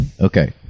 Okay